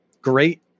great